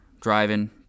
driving